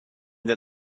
that